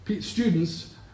students